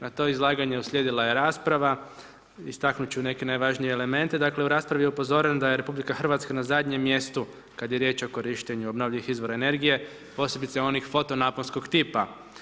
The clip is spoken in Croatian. Na to izlaganje uslijedila je rasprava, istaknuti ću neke najvažnije elemente, dakle, u raspravi je upozoren da je RH na zadnjem mjestu kada je riječ o obnovljenim izvora energije, posebice onih fotonaponskog tipa.